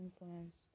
influence